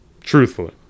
Truthfully